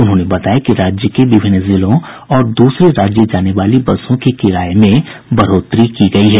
उन्होंने बताया कि राज्य के विभिन्न जिलों और दूसरे राज्य जाने वाली बसों के किराये में बढ़ोतरी की गयी है